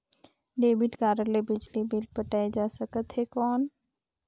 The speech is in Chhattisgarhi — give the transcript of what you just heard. डेबिट कारड ले बिजली बिल पटाय जा सकथे कौन?